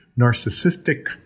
narcissistic